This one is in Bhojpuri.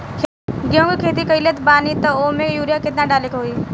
गेहूं के खेती कइले बानी त वो में युरिया केतना डाले के होई?